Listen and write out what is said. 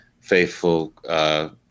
faithful